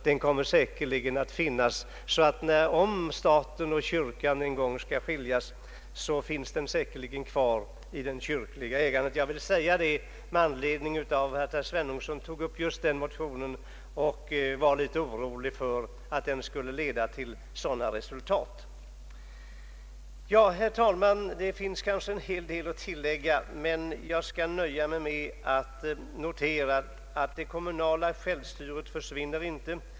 förvaltning av kyrklig jord, m.m. fallet. Om stat och kyrka en gång skall skiljas, finns den kyrkliga äganderätten säkerligen ändå kvar. Jag vill framhålla detta med anledning av att herr Svenungsson tog upp just den motionen och var litet orolig för att den skulle kunna leda till sådana resultat. Ja, herr talman, det finns kanske en hel del att tillägga, men jag skall nöja mig med att notera att den kommunala självstyrelsen inte försvinner.